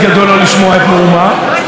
אבל אני נותן לך תקציר שלו,